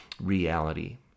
reality